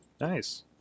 Nice